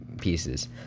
pieces